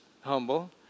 humble